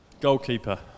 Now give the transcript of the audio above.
Goalkeeper